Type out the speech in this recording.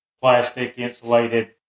plastic-insulated